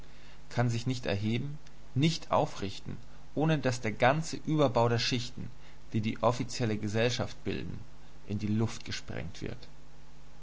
kann sich nicht erheben nicht aufrichten ohne daß der ganze überbau der schichten die die offizielle gesellschaft bilden in die luft gesprengt wird